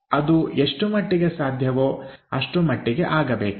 ಅದು ಎಷ್ಟು ಮಟ್ಟಿಗೆ ಸಾಧ್ಯವೋ ಅಷ್ಟು ಮಟ್ಟಿಗೆ ಆಗಬೇಕು